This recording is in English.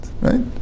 right